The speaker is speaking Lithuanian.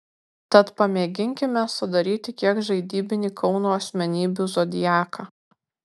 tad pamėginkime sudaryti kiek žaidybinį kauno asmenybių zodiaką